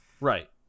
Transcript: Right